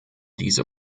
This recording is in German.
diese